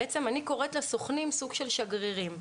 בעצם אני קוראת לסוכנים סוג של שגרירים.